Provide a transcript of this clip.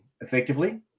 effectively